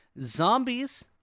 Zombies